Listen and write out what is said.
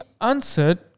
answered